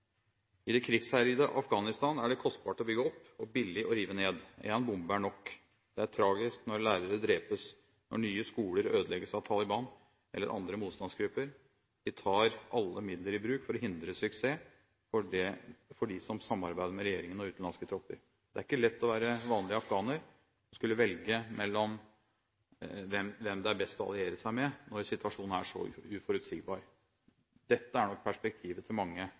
I det krigsherjede Afghanistan er det kostbart å bygge opp og billig å rive ned. En bombe er nok. Det er tragisk når lærere drepes, og når nye skoler ødelegges av Taliban eller andre motstandsgrupper. De tar alle midler i bruk for å hindre suksess for dem som samarbeider med regjeringen og utenlandske tropper. Det er ikke lett å være vanlig afghaner og skulle velge mellom hvem det er best å alliere seg med når situasjonen er så uforutsigbar. Dette er nok perspektivet til mange